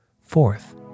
fourth